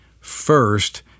first